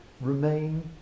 remain